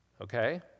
okay